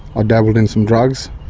ah dabbled in some drugs,